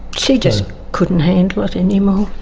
she just couldn't handle it anymore.